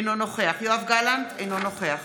נוכח יואב גלנט, אינו נוכח